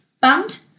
Band